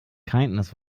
kindness